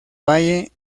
valle